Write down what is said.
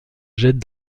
jette